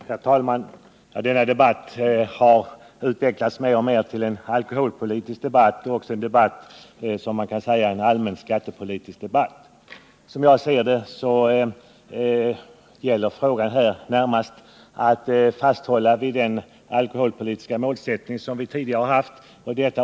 Herr talman! Denna debatt har mer och mer utvecklats till en alkoholpolitisk och allmän skattepolitisk debatt. Som jag ser det gäller frågan närmast att fasthålla vid den alkoholpolitiska målsättning som vi tidigare har haft.